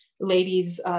ladies